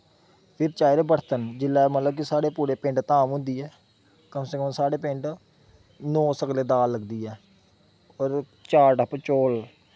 फिर चाहिदे बर्तन जिसलै मतलब कि साढ़ै पिंड पूरे धाम होंदी ऐ कम से कम साढ़ै पिंड नौ सगले दाल लगदी ऐ होर चार टप्प चौल